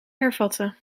hervatten